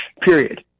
period